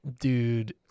dude